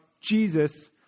Jesus